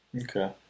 Okay